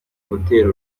gutera